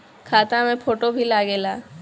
खाता मे फोटो भी लागे ला?